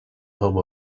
home